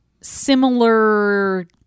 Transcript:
similar